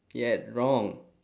yet wrong